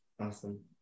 Awesome